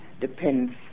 depends